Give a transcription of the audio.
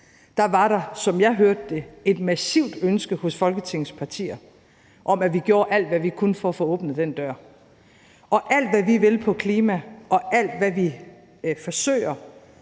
– var der, som jeg hørte det, et massivt ønske hos Folketingets partier om, at vi gjorde alt, hvad vi kunne, for at få åbnet den dør. Og alt, hvad vi vil på klimaområdet, og alt, hvad vi forsøger,